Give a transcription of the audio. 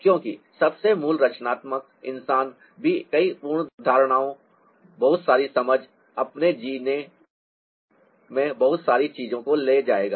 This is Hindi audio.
क्योंकि सबसे मूल रचनात्मक इंसान भी कई पूर्व धारणाओं बहुत सारी समझ अपने जीनों में बहुत सारी चीजों को ले जाएगा